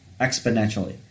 exponentially